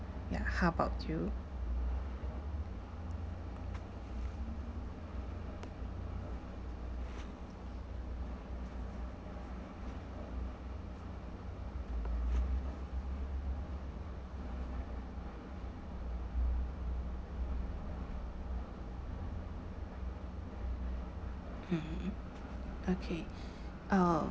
ya how about you mm okay uh